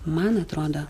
man atrodo